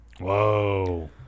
whoa